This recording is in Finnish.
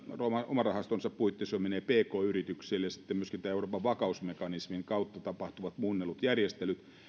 oman rahaston puitteissa joka menee pk yrityksille että myöskin euroopan vakausmekanismin kautta tapahtuvat muunnellut järjestelyt